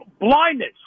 blindness